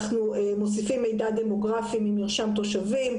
אנחנו מוסיפים מידע דמוגרפי ממרשם תושבים,